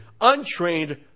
untrained